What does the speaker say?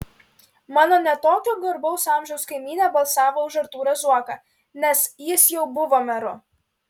mano ne tokio garbaus amžiaus kaimynė balsavo už artūrą zuoką nes jis jau buvo meru